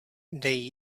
dej